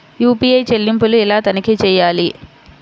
UPI చెల్లింపులు ఎలా తనిఖీ చేయాలి?